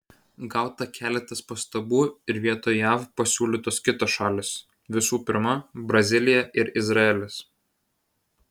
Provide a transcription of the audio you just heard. gauta keletas pastabų ir vietoj jav pasiūlytos kitos šalys visų pirma brazilija ir izraelis